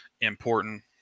important